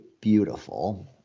beautiful